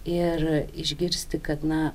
ir išgirsti kad na